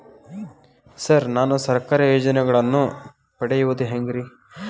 Sir ನಾನು ಸರ್ಕಾರ ಯೋಜೆನೆಗಳನ್ನು ಪಡೆಯುವುದು ಹೆಂಗ್ರಿ?